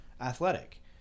athletic